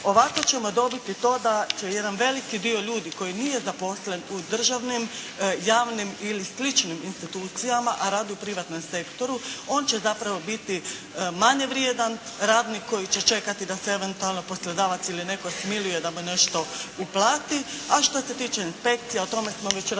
Ovako ćemo dobiti to da će jedan veliki dio ljudi koji nije zaposlen u državnim, javnim ili sličnim institucijama a radi u privatnom sektoru on će zapravo biti manje vrijedan, radnik koji će čekati da se eventualno poslodavac ili netko smiluje da mu nešto uplati a što se tiče inspekcija o tome smo već razgovarali.